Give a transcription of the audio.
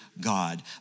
God